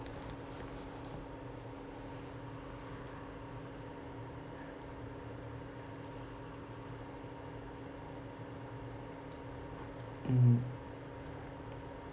mm